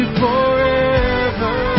forever